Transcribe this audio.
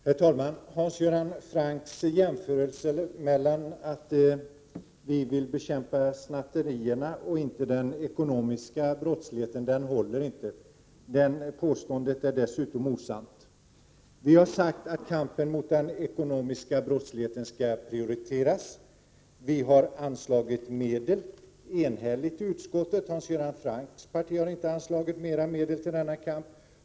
Herr talman! Hans Göran Francks påstående att vi vill bekämpa snatterierna och inte den ekonomiska brottsligheten stämmer inte. Vi har sagt att kampen mot den ekonomiska brottsligheten skall prioriteras. Utskottet har enhälligt anslagit medel — Hans Göran Francks parti har inte anslagit mer medel till denna kamp.